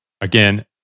again